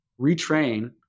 retrain